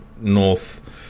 north